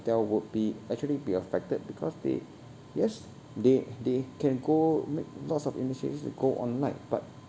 would be actually be affected because they yes they they can go make lots of initiatives to go online but